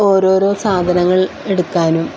ഓരോരോ സാധനങ്ങൾ എടുക്കാനും